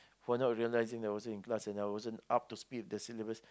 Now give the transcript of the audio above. for not realising that was in class and I wasn't up to speed with the syllabus